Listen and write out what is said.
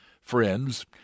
friends